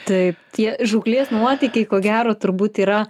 taip tie žūklės nuotykiai ko gero turbūt yra